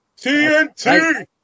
TNT